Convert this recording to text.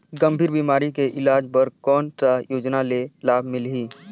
गंभीर बीमारी के इलाज बर कौन सा योजना ले लाभ मिलही?